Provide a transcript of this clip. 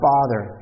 Father